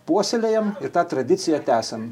puoselėjam ir tą tradiciją tęsiam